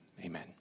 Amen